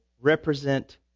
represent